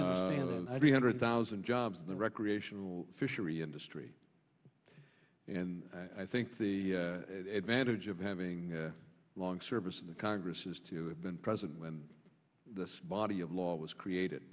hundred thousand jobs in the recreational fishery industry and i think the advantage of having a long service in the congress is to have been present when the body of law was created